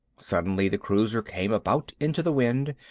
suddenly the cruiser came about into the wind,